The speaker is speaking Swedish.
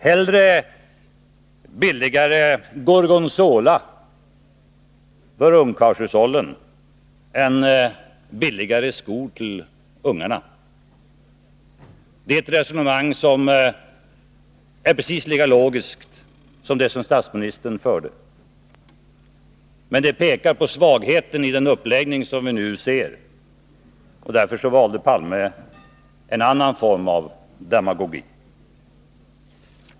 Hellre billigare gorgonzola för ungkarlshushållen än billigare skor till barnfamiljernas ungar. Det resonemanget är precis lika logiskt som det som statsministern förde, men det pekar på svagheteni den uppläggning som vi nu ser. Därför valde Olof Palme en annan form av demagogi.